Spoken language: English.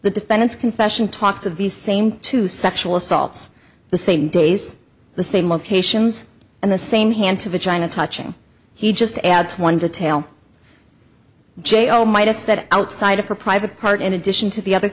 the defendant's confession talks of the same two sexual assaults the same days the same locations and the same hand to vagina touching he just adds one detail j o might have said it outside of her private part in addition to the other